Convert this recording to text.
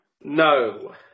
no